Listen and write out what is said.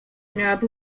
miałaby